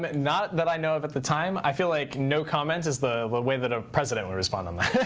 but not that i know of at the time. i feel like no comment is the way that a president would respond on that.